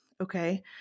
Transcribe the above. okay